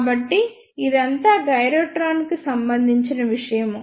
కాబట్టి ఇదంతా గైరోట్రాన్ కి సంబంధించిన విషయము